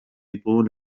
طول